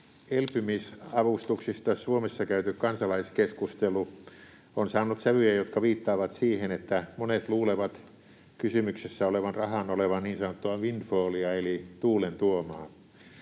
Elpymisavustuksista Suomessa käyty kansalaiskeskustelu on saanut sävyjä, jotka viittaavat siihen, että monet luulevat kysymyksessä olevan rahan olevan niin sanottua windfallia eli tuulen tuomaa.